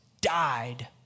died